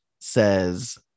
says